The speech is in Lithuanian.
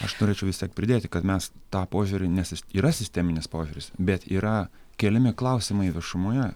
aš norėčiau vistiek pridėti kad mes tą požiūrį nes jis yra sisteminis požiūris bet yra keliami klausimai viešumoje